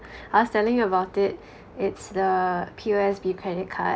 I was telling you about it it's the P_O_S_B credit card